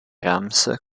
rams